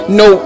no